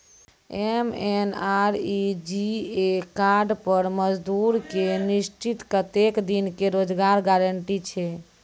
MNREGA card पर मजदुर के निश्चित कत्तेक दिन के रोजगार गारंटी छै?